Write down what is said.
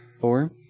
Four